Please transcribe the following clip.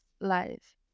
life